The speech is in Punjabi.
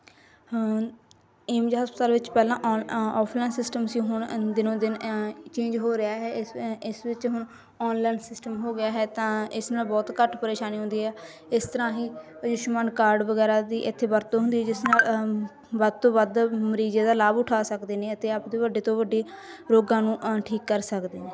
ਏਮਜ ਹਸਪਤਾਲ ਵਿੱਚ ਪਹਿਲਾਂ ਆਫਲਾਈਨ ਸਿਸਟਮ ਸੀ ਹੁਣ ਦਿਨੋ ਦਿਨ ਚੇਂਜ ਹੋ ਰਿਹਾ ਹੈ ਇਸ ਵਿੱਚ ਹੁਣ ਆਨਲਾਈਨ ਸਿਸਟਮ ਹੋ ਗਿਆ ਹੈ ਤਾਂ ਇਸ ਨਾਲ ਬਹੁਤ ਘੱਟ ਪਰੇਸ਼ਾਨੀ ਹੁੰਦੀ ਹੈ ਇਸ ਤਰ੍ਹਾਂ ਹੀ ਅਯੁਸ਼ਮਾਨ ਕਾਰਡ ਵਗੈਰਾ ਦੀ ਇੱਥੇ ਵਰਤੋਂ ਹੁੰਦੀ ਹੈ ਜਿਸ ਨਾਲ ਵੱਧ ਤੋਂ ਵੱਧ ਮਰੀਜ਼ ਇਹਦਾ ਲਾਭ ਉਠਾ ਸਕਦੇ ਨੇ ਅਤੇ ਆਪਦੇ ਵੱਡੇ ਤੋਂ ਵੱਡੇ ਰੋਗਾਂ ਨੂੰ ਠੀਕ ਕਰ ਸਕਦੇ ਨੇ